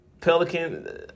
Pelican